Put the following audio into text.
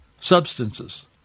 substances